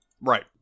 Right